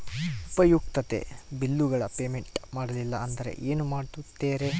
ಉಪಯುಕ್ತತೆ ಬಿಲ್ಲುಗಳ ಪೇಮೆಂಟ್ ಮಾಡಲಿಲ್ಲ ಅಂದರೆ ಏನು ಮಾಡುತ್ತೇರಿ?